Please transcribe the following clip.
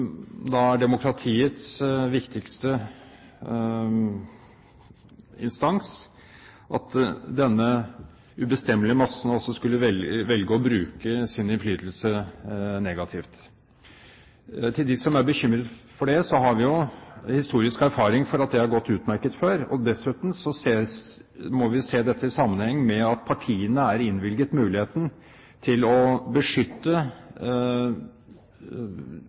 da er demokratiets viktigste instans, altså skulle velge å bruke sin innflytelse negativt. Til dem som er bekymret for det: Vi har jo historisk erfaring med at det har gått utmerket før. Dessuten må vi se dette i sammenheng med at partiene er innvilget muligheten til å beskytte